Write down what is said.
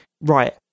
Right